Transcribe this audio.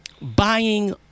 buying